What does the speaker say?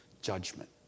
Judgment